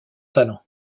talent